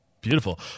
Beautiful